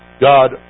God